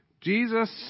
Jesus